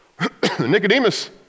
Nicodemus